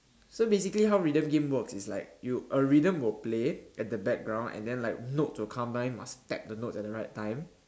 so basically how rhythm games works is like you a rhythm will play at the background and then like notes will come down and then you must tap the notes at the right time